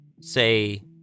say